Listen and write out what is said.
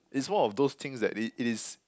it's one of those things that it it is